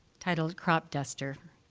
titled crop duster.